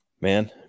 Man